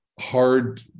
hard